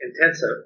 intensive